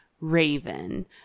Raven